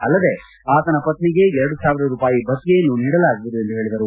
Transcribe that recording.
ಅಲ್ಲದೆ ಆತನ ಪತ್ನಿಗೆ ಎರಡು ಸಾವಿರ ರೂಪಾಯಿ ಭತ್ತೆಯನ್ನೂ ನೀಡಲಾಗುವುದು ಎಂದು ಹೇಳಿದರು